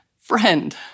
friend